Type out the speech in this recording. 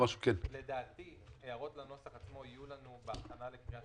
לדעתי הערות לנוסח עצמו יהיו לנו בהכנה לקריאה